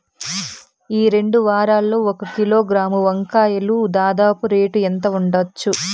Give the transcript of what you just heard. ఈ రెండు వారాల్లో ఒక కిలోగ్రాము వంకాయలు దాదాపు రేటు ఎంత ఉండచ్చు?